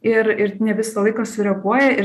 ir ir ne visą laiką sureaguoja ir